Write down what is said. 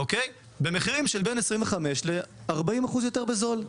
במחירים שבין 25% ל-40% יותר בזול.